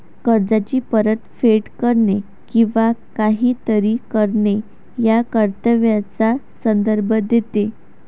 कर्जाची परतफेड करणे किंवा काहीतरी करणे या कर्तव्याचा संदर्भ देते